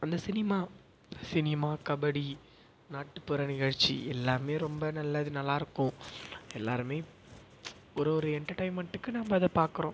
அந்த cinema cinema kabaddi நாட்டுப்புற நிகழ்ச்சி எல்லாமே ரொம்ப நல்லது நல்லா இருக்கும் எல்லாருமே ஒரு ஒரு எண்டர்டைமெண்ட்டுக்கு நம்ப அதை பார்க்குறோம்